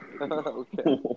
Okay